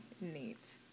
neat